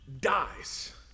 dies